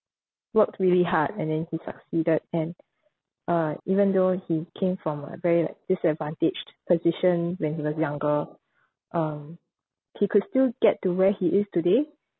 worked really hard and then he succeeded and uh even though he came from a very like disadvantaged position when he was younger um he could still get to where he is today